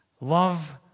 love